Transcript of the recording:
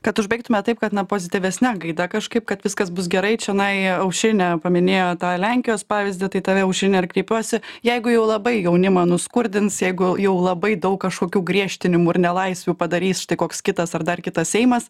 kad užbėgtume taip kad na pozityvesne gaida kažkaip kad viskas bus gerai čionai aušinė paminėjo tą lenkijos pavyzdį tai į tave aušrine ir kreipiuosi jeigu jau labai jaunimą nuskurdins jeigu jau labai daug kažkokių griežtinimų ir nelaisvių padarys štai koks kitas ar dar kitas seimas